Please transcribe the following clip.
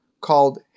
called